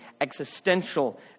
existential